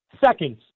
seconds